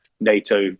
NATO